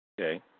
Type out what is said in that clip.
Okay